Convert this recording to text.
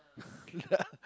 like